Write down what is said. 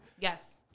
Yes